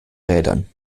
rädern